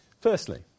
Firstly